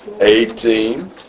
Eighteen